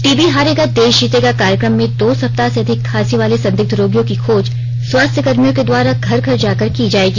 TV हारेगा देश जितेगा कार्यक्रम में दो सप्ताह से अधिक खांसी वाले संदिग्ध रोगियों की खोज स्वास्थ्य कर्मियों के द्वारा घर घर जा कर की जाएगी